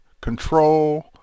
Control